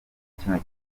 kimwe